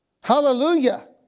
Hallelujah